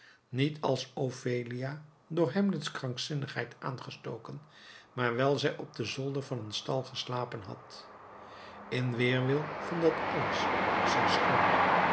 niet als ophelia door hamlets krankzinnigheid aangestoken maar wijl zij op den zolder van een stal geslapen had in weerwil van dat alles was zij schoon